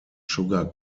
sugar